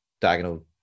diagonal